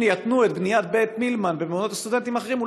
אם יתנו את בניית בית-מילמן במעונות הסטודנטים האחרים,